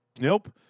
Nope